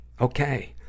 okay